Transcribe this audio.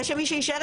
נשמע את